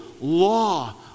law